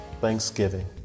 Thanksgiving